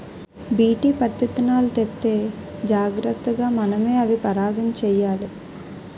BT పత్తిత్తనాలు తెత్తే జాగ్రతగా మనమే అవి పరాగం చెయ్యాలి